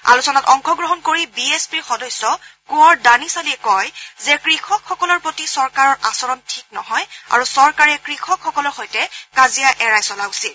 আলোচনাত অংশগ্ৰহণ কৰি বি এছ পিৰ সদস্য কোঁৱৰ ডানিশ আলীয়ে কয় যে কৃষকসকলৰ প্ৰতি চৰকাৰৰ আচৰণ ঠিক নহয় আৰু চৰকাৰে কৃষকসকলৰ সৈতে কাজিয়া এৰাই চলা উচিত